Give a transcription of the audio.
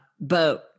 boat